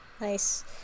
Nice